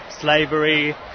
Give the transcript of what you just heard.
slavery